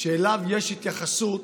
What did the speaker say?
שאליו יש התייחסות